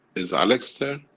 is alekz there?